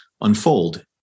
unfold